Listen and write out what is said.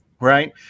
right